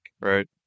right